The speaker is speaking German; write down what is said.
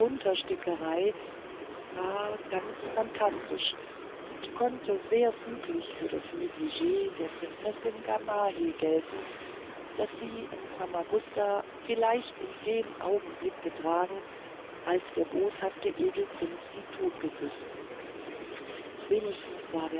stickerei war ganz phantastisch und konnte sehr füglich für das neglig der prinzessin gamaheh gelten das sie in famagusta vielleicht in dem augenblick getragen als der boshafte egelprinz sie totküßte wenigstens war